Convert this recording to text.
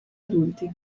adulti